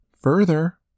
Further